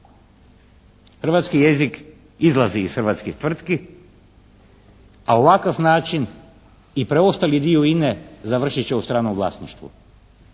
Hrvatski jezik izlazi iz hrvatskih tvrtki a ovakav način i preostali dio INA-e završit će u stranom vlasništvu.